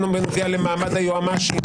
בנוגע למעמד היועמ"שית,